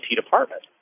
department